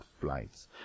flights